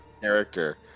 character